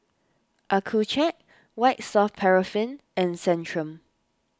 Accucheck White Soft Paraffin and Centrum